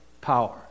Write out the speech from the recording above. power